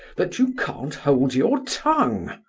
but you can't hold your tongue?